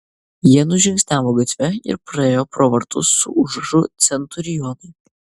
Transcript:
jie nužingsniavo gatve ir praėjo pro vartus su užrašu centurionai